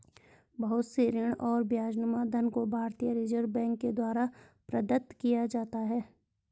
बहुत से ऋण और ब्याजनुमा धन को भारतीय रिजर्ब बैंक के द्वारा प्रदत्त किया जाता है